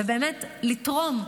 ולתרום,